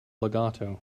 legato